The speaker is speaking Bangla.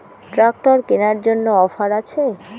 ট্রাক্টর কেনার জন্য অফার আছে?